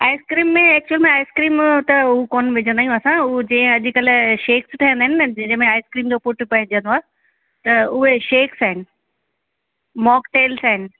ice cream में actual में ice cream त हू कोन्ह विझंदा आहियूं असां ऊ जीअं अॼकल्ह शेक्स ठहंदा आहिनि न जंहिंमें आइस्क्रीम जो फ़ुट पइजंदो आहे त ऊए शेक्स आहिनि मॉक्टेल्स आहिनि